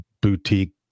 boutique